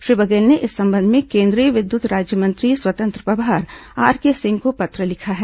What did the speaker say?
श्री बघेल ने इस संबंध में केंद्रीय विद्युत राज्यमंत्री स्वतंत्र प्रभार आर के सिंह को पत्र लिखा है